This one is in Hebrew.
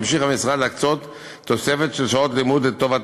ממשיך המשרד להקצות תוספת של שעות לימוד לטובת